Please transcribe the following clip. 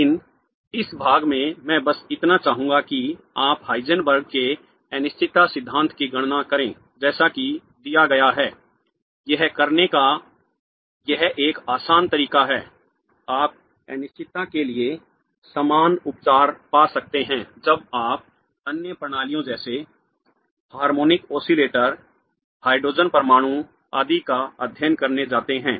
लेकिन इस भाग में मैं बस इतना चाहूंगा कि आप हाइजेनबर्ग के अनिश्चितता सिद्धांत की गणना करें जैसा कि दिया गया है यह करने का यह एक आसान तरीका है आप अनिश्चितता के लिए समान उपचार पा सकते हैं जब आप अन्य प्रणालियों जैसे हार्मोनिक ऑसीलेटर हाइड्रोजन परमाणु आदि का अध्ययन करने जाते हैं